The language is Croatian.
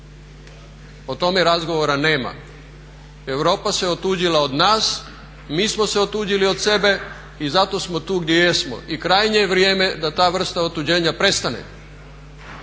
o tome razgovora nema. Europa se otuđila od nas, mi smo se otuđili od sebe i zato smo tu gdje jesmo i krajnje vrijeme da ta vrsta otuđenja prestane